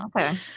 okay